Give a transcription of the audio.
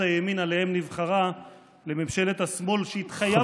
הימין שעליהם נבחרה לממשלה השמאל שהתחייבת לא להקים,